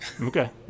Okay